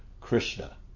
Krishna